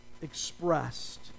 expressed